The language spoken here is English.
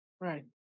right